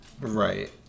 Right